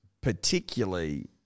Particularly